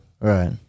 Right